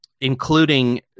including